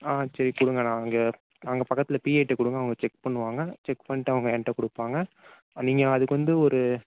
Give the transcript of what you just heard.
ஆ சரி கொடுங்க நாங்கள் அங்கே பக்கத்தில் பிஏகிட்ட கொடுங்க அவங்க செக் பண்ணுவாங்க செக் பண்ணிகிட்டு அவங்க என்கிட்ட கொடுப்பாங்க நீங்கள் அதுக்கு வந்து ஒரு